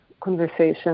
conversation